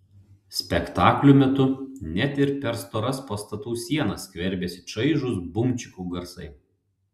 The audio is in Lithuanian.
spektaklių metu net ir per storas pastatų sienas skverbiasi čaižūs bumčikų garsai